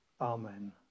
Amen